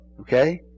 Okay